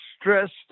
stressed